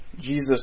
Jesus